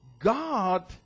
God